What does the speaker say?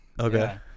okay